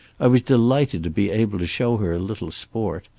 i was delighted to be able to show her a little sport.